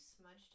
smudged